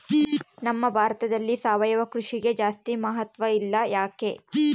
ನಮ್ಮ ಭಾರತದಲ್ಲಿ ಸಾವಯವ ಕೃಷಿಗೆ ಜಾಸ್ತಿ ಮಹತ್ವ ಇಲ್ಲ ಯಾಕೆ?